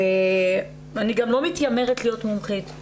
אני גם לא מתיימרת להיות מומחית.